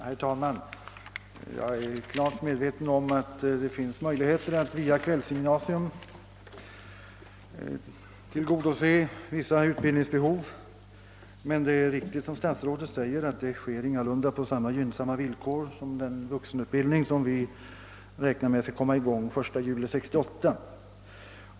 Herr talman! Jag är klart medveten om att det finns möjligheter att via kvällsgymnasium tillgodose vissa utbildningsbehov. Det är emellertid riktigt som statsrådet säger, att det inga lunda sker på samma gynnsamma villkor som den vuxenutbildning vi räknar med skall komma i gång den 1 juli 1968.